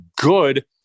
good